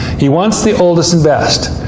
he wants the oldest and best.